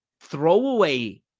throwaway